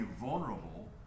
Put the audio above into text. vulnerable